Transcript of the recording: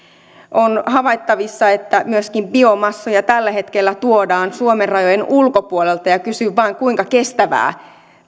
on havaittavissa että myöskin biomassoja tällä hetkellä tuodaan suomen rajojen ulkopuolelta ja kysyn vain kuinka kestävää